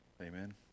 Amen